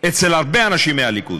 אצל הרבה אנשים מהליכוד,